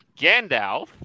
Gandalf